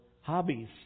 hobbies